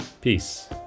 Peace